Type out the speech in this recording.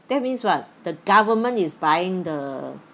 that means what the government is buying the